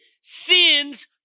sin's